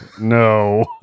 no